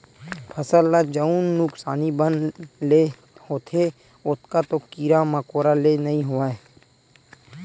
फसल ल जउन नुकसानी बन ले होथे ओतका तो कीरा मकोरा ले नइ होवय